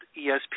ESP